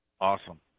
Awesome